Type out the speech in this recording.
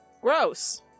Gross